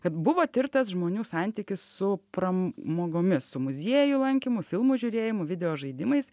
kad buvo tirtas žmonių santykis su pramogomis su muziejų lankymu filmų žiūrėjimu video žaidimais